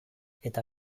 eta